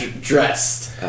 dressed